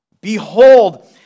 Behold